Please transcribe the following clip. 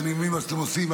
ואני מבין מה שאתם עושים,